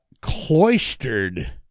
cloistered